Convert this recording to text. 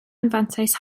anfantais